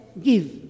give